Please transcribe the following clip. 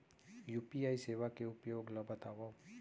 UPI सेवा के उपयोग ल बतावव?